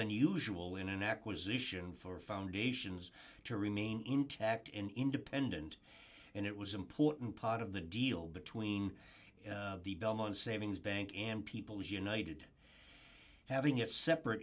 unusual in an acquisition for foundations to remain intact in independent and it was important part of the deal between the belmont savings bank and people united having it separate